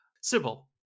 Sybil